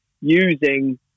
using